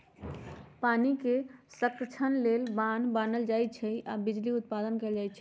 पानी संतक्षण लेल बान्ह बान्हल जाइ छइ आऽ बिजली उत्पादन कएल जाइ छइ